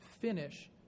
finish